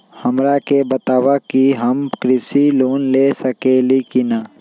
हमरा के बताव कि हम कृषि लोन ले सकेली की न?